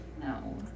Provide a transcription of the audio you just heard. No